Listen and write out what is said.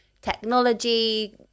technology